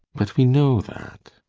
but we know that.